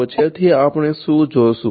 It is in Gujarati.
તેથી આપણે શું જોશું